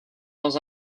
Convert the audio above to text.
dans